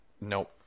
Nope